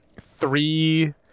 three